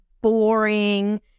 boring